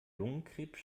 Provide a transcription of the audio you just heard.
lungenkrebs